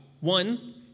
One